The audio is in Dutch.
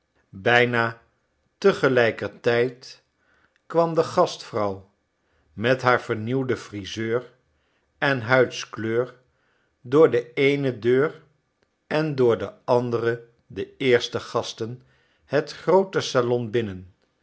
bijna tegelijkertijd kwam de gastvrouw met haar vernieuwde frisuur en huidkleur door de eene deur en door de andere de eerste gasten het groote salon binnen